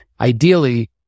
ideally